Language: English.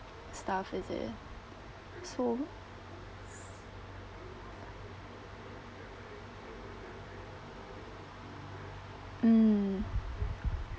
stuff is it so mm